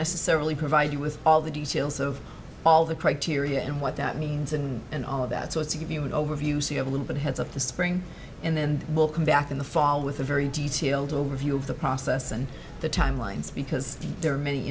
necessarily provide you with all the details of all the criteria and what that means and and all of that so as to give you an overview see a little bit heads up the spring and then we'll come back in the fall with a very detailed overview of the process and the timelines because there are many